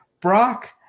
Brock